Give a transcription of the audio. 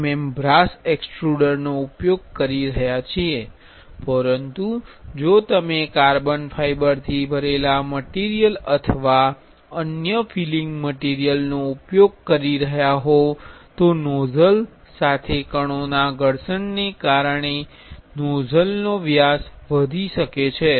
4 mm brass એક્સ્ટ્રુડરનો ઉપયોગ કરી રહ્યા છીએ પરંતુ જો તમે કાર્બન ફાઇબરથી ભરેલા મટીરિયલ અથવા અન્ય ફિલિંગ મટીરિયલ નો ઉપયોગ કરી રહ્યાં હો તો નોઝલ સાથે કણોના ઘર્ષણને કારણે નોઝલનો વ્યાસ વધી શકે છે